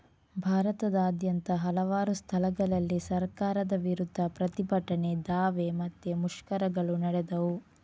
ಭಾರತದಾದ್ಯಂತ ಹಲವಾರು ಸ್ಥಳಗಳಲ್ಲಿ ಸರ್ಕಾರದ ವಿರುದ್ಧ ಪ್ರತಿಭಟನೆ, ದಾವೆ ಮತ್ತೆ ಮುಷ್ಕರಗಳು ನಡೆದವು